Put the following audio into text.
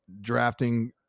drafting